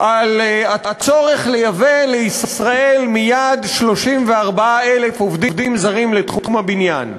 על הצורך לייבא לישראל מייד 34,000 עובדים זרים לתחום הבניין.